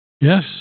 Yes